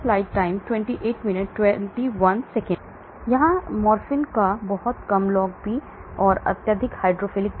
इस मॉर्फिन को बहुत कम log P अत्यधिक हाइड्रोफिलिक